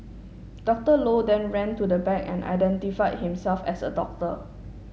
Doctor Low then ran to the back and identified himself as a doctor